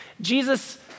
Jesus